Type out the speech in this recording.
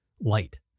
light